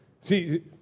See